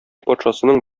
патшасының